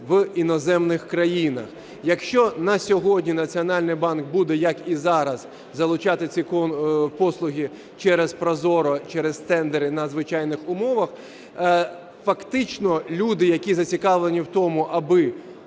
в іноземних країнах. Якщо на сьогодні Національний банк буде, як і зараз, залучати ці послуги через ProZorro, через тендери на звичайних умовах, фактично люди, які зацікавлені в тому, аби